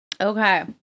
Okay